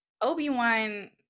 obi-wan